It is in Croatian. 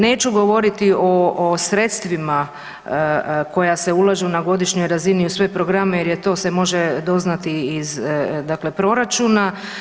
Neću govoriti o, o sredstvima koja se ulažu na godišnjoj razini u sve programi jer to se može doznati iz dakle proračuna.